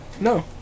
No